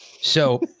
So-